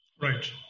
Right